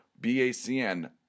BACN